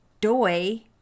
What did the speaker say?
doi